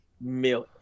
million